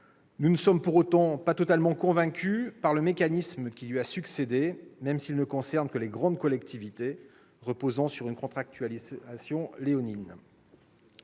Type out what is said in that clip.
Nous ne sommes pour autant pas totalement convaincus par le mécanisme qui lui a succédé, même s'il ne concerne que les grandes collectivités, car il repose sur une contractualisation léonine.